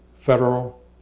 federal